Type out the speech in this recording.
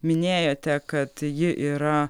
minėjote kad ji yra